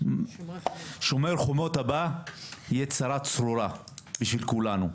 "שומר החומות" הבא יהיה צרה צרורה בשביל כולנו.